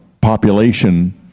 population